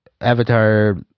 Avatar